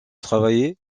travailler